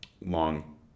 long